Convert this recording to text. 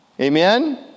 amen